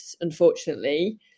unfortunately